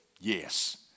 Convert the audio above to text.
yes